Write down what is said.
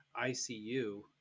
ICU